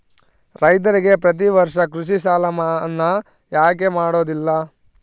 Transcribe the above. ರೈತರಿಗೆ ಪ್ರತಿ ವರ್ಷ ಕೃಷಿ ಸಾಲ ಮನ್ನಾ ಯಾಕೆ ಮಾಡೋದಿಲ್ಲ?